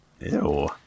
Ew